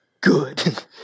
good